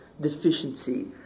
deficiency